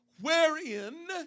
Wherein